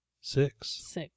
six